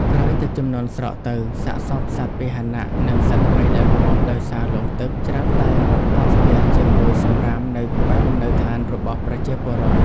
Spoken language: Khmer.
ក្រោយទឹកជំនន់ស្រកទៅ សាកសពសត្វពាហនៈ និងសត្វព្រៃដែលងាប់ដោយសារលង់ទឹក ច្រើនតែមកកកស្ទះជាមួយសម្រាមនៅក្បែរលំនៅឋានរបស់ប្រជាពលរដ្ឋ។